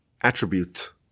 attribute